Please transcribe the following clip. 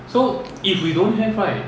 so if we don't have right